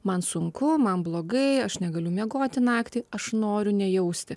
man sunku man blogai aš negaliu miegoti naktį aš noriu nejausti